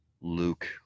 Luke